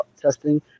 testing